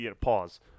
pause